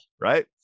right